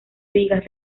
vigas